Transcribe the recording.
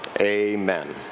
Amen